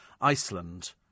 Iceland